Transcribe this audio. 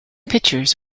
pictures